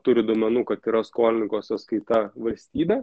turi duomenų kad yra skolininko sąskaita valstybę